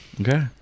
Okay